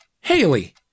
Haley